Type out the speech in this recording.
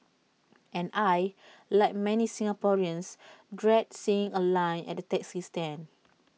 and I Like many Singaporeans dread seeing A line at the taxi stand